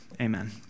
amen